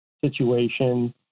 situation